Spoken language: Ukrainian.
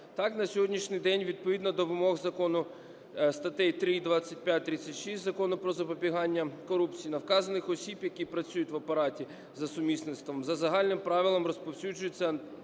Так на сьогоднішній день відповідно до вимог закону, статей 3, 25, 36 Закону "Про запобігання корупції" на вказаних осіб, які працюють в Апараті за сумісництвом, за загальним правилом розповсюджуються